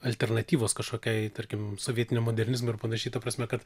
alternatyvos kažkokiai tarkim sovietinio modernizmo ir panašiai ta prasme kad